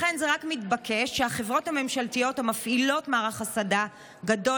לכן זה רק מתבקש שהחברות הממשלתיות המפעילות מערך הסעדה גדול